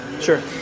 Sure